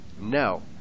No